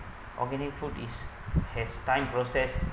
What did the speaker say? organic food is has done process